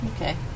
Okay